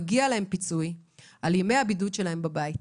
מגיע להם פיצוי על ימי הבידוד שלהם בבית.